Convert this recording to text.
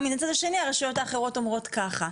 ומהצד השני הרשויות האחרות אומרות כך.